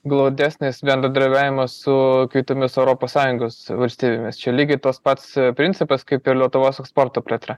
glaudesnis bendradarbiavimas su kitomis europos sąjungos valstybėmis čia lygiai tas pats principas kaip ir lietuvos eksporto plėtra